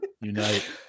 unite